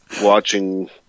watching